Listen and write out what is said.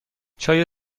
چای